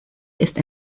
ist